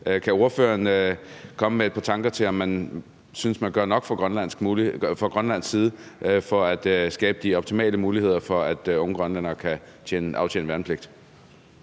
Kan ordføreren komme med et par bemærkninger, i forhold til om man synes, man gør nok fra Grønlands side for at skabe de optimale muligheder for, at unge grønlændere kan aftjene værnepligt?